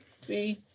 See